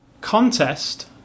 contest